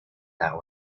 that